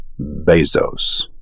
Bezos